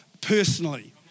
personally